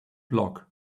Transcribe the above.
block